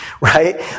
right